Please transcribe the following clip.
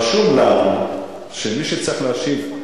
רשום לנו שמי שצריך להשיב,